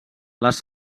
les